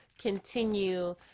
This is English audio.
continue